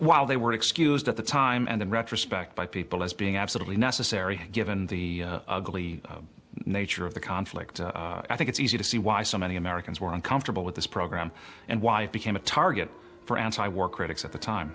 while they were excused at the time and in retrospect by people as being absolutely necessary given the ugly nature of the conflict i think it's easy to see why so many americans were uncomfortable with this program and wife became a target for anti war critics at the time